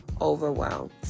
overwhelmed